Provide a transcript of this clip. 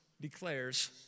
declares